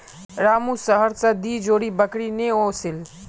रामू शहर स दी जोड़ी बकरी ने ओसील